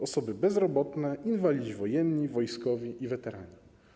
Osoby bezrobotne, inwalidzi wojenni, wojskowi i weterani.